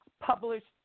published